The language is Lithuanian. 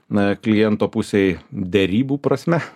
na kliento pusėj derybų prasme